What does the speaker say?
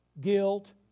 guilt